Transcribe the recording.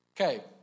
Okay